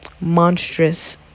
monstrous